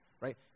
right